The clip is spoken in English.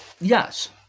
Yes